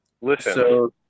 Listen